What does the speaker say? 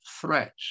threats